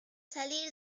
salir